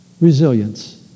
resilience